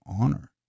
honor